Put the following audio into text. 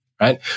right